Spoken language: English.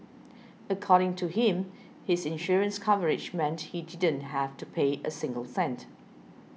according to him his insurance coverage meant he didn't have to pay a single cent